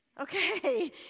Okay